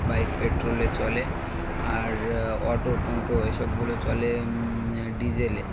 bike পেট্রোলে চলে আর অটো টোটো এসবগুলো চলে ডিজেলে